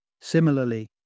Similarly